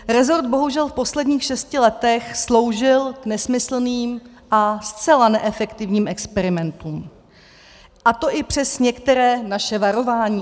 Resort bohužel v posledních šesti letech sloužil k nesmyslným a zcela neefektivním experimentům, a to i přes některá naše varování.